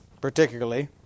particularly